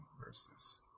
Versus